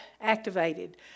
activated